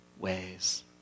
ways